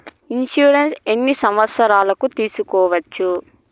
Insurance ఎన్ని సంవత్సరాలకు సేసుకోవచ్చు?